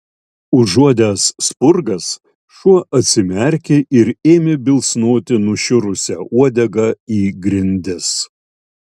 užuodęs spurgas šuo atsimerkė ir ėmė bilsnoti nušiurusia uodega į grindis